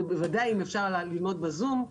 ובוודאי אם אפשר ללמוד בזום,